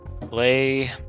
play